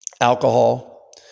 Alcohol